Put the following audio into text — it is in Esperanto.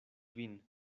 vin